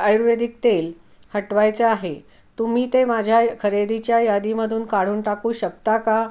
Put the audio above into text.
आयुर्वेदिक तेल हटवायचे आहे तुम्ही ते माझ्या खरेदीच्या यादीमधून काढून टाकू शकता का